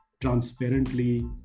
transparently